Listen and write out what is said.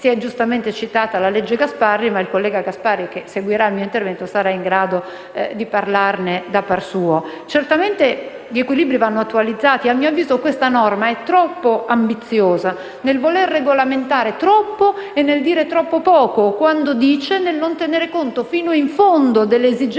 Si è giustamente citata la legge Gasparri, ma il collega Gasparri che interverrà dopo di me, sarà in grado di parlarne da par suo. Certamente gli equilibri vanno attualizzati. A mio avviso questa norma è troppo ambiziosa nel volere regolamentare troppo e nel dire troppo poco, nel non tenere conto delle esigenze